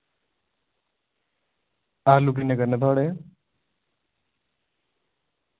आलू किन्ने करने थुआढ़े